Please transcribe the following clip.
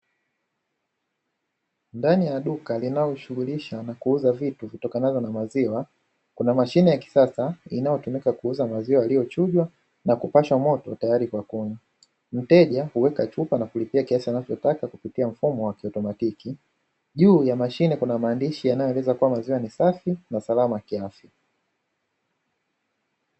Ndani ya duka linalojishughulisha na kuuza vitu vitokanavyo na maziwa, kuna mashine ya kisasa inayotumika kuuza maziwa yaliyochujwa na kupashwa moto tayari kwa kunywa. Mteja huweka chupa na kulipia kiasi anachotaka kupitia mfumo wa kiautomatiki. Juu ya mashine kuna maandishi yanayoeleza kuwa maziwa ni safi na salama kiafya.